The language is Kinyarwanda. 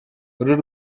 uru